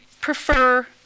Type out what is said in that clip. prefer